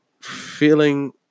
feeling